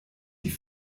die